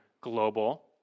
global